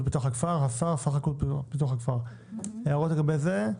ופיתוח הכפר; "השר" שר החקלאות ופיתוח הכפר."; האם יש הערות לגבי זה?